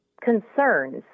concerns